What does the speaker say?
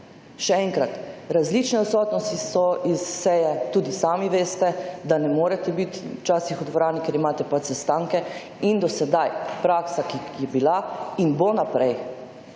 Še enkrat, različne odsotnosti so iz seje, tudi sami veste, da ne morete bit včasih v dvorani, ker imate pač sestanke in do sedaj, praksa, ki je bila in bo naprej,